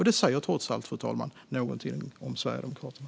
Det säger trots allt, fru talman, någonting om Sverigedemokraterna.